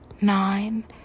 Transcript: Nine